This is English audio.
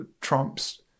Trump's